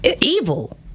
evil